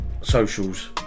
socials